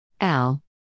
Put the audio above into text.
Al